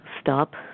Stop